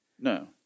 No